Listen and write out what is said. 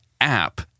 app